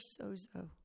sozo